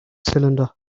cylinder